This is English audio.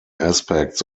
aspects